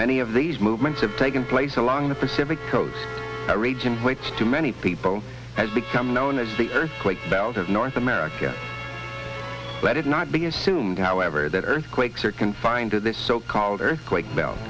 many of these movements have taken place along the pacific coast region which to many people has become known as the earthquake belt of north america let it not be assumed however that earthquakes are confined to this so called earthquake